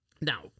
now